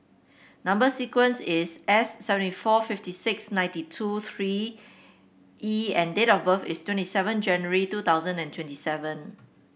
number sequence is S seventy four fifty six ninety two three E and date of birth is twenty seven January two thousand and twenty seven